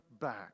back